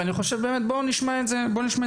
ואני חושב שכדאי שנשמע את זה מהשטח.